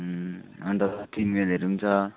अन्त तिन माइलहरू पनि छ